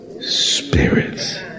spirits